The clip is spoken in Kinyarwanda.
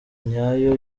nyayo